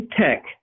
tech